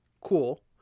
cool